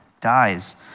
dies